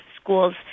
schools